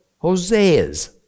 Hosea's